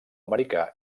americà